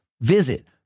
Visit